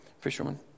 Fishermen